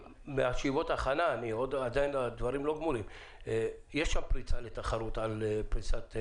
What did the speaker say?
מישיבות ההכנה אני מבין שיש שם פריצה לתחרות על פריסה.